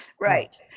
Right